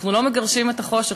אנחנו לא מגרשים את החושך.